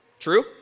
True